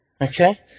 Okay